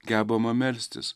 gebama melstis